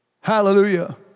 Hallelujah